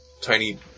tiny